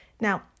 Now